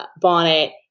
Bonnet